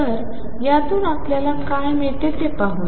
तर यातून आपल्याला काय मिळते ते पाहूया